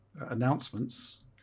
announcements